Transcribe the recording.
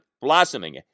blossoming